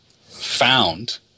found